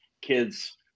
kids